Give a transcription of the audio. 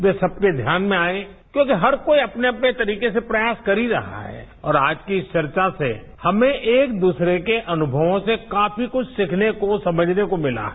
वे सबके ध्यान में आए क्योंकि हर कोई अपने अपने तरीके से प्रयास कर ही रहा है और आज की इस चर्चा से हमें एक दूसरे के अनुभवों से काफी कुछ सीखने समझने को मिला है